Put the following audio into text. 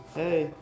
hey